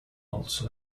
also